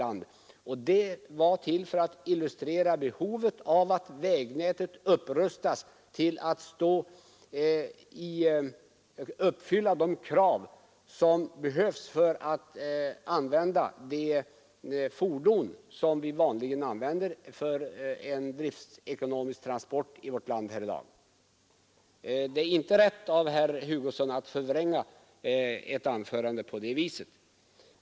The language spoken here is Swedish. Jag nämnde de beloppen för att illustrera behovet av att vägnätet upprustas, för att uppnå ett driftekonomiskt utnyttjande av fordonen. Det är inte rätt, herr Hugosson, att förvränga ett anförande på det sättet.